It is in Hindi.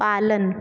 पालन